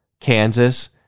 Kansas